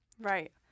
Right